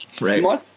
Right